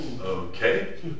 Okay